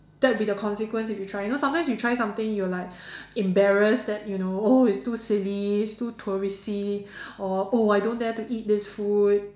that'll be the consequence if you try you know sometimes you try something you'll like embarrassed that you know oh it's too silly too touristy or oh I don't dare to eat this food